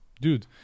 dude